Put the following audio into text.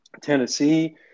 Tennessee